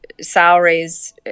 salaries